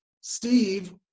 Steve